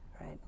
right